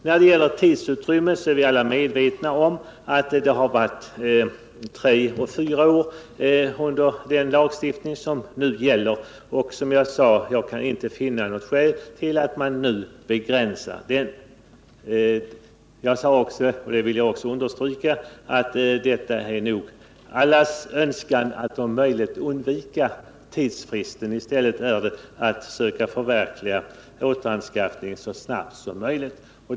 När det gäller tidsutrymmet är vi alla medvetna om att den lagstiftning som nu gäller medger en tidsfrist av tre eller fyra år. Som jag sade kan jag inte finna något skäl till att nu begränsa denna tidsfrist. Jag sade också — och detta vill jag åter understryka — att det nog är allas önskan att om möjligt undvika att utnyttja tidsfristen. I stället är det angeläget att söka förverkliga återanskaffningen så snabbt som möjligt.